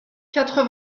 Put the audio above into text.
quatre